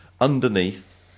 underneath